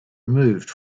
removed